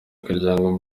karyango